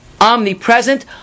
omnipresent